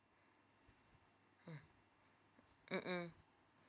mm mm mm